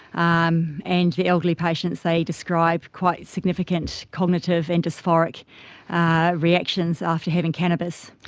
um and the elderly patients, they describe quite significant cognitive and dysphoric reactions after having cannabis.